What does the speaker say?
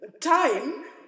Time